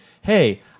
hey